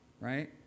Right